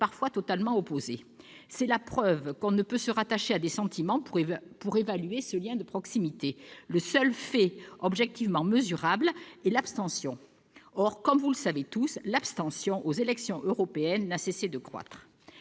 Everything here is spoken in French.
parfois totalement opposés. C'est la preuve qu'on ne peut se rattacher à des sentiments pour évaluer ce lien de proximité. Le seul fait objectivement mesurable est l'abstention. Or, comme vous le savez tous, l'abstention aux élections européennes n'a cessé de croître.